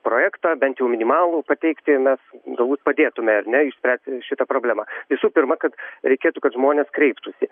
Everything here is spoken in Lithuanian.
projektą bent jau minimalų pateikti mes galbūt padėtume ar ne išspręsti šitą problemą visų pirma kad reikėtų kad žmonės kreiptųsi